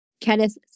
Kenneth